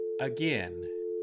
Again